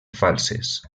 falses